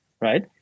right